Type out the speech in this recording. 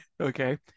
Okay